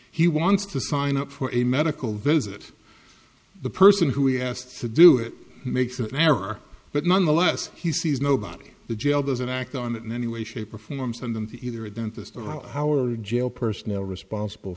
he wants to sign up for a medical visit the person who he has to do it makes an error but nonetheless he sees nobody the jail doesn't act on it in any way shape or form send them to either a dentist or howard jail personnel responsible